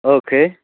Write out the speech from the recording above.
okay आं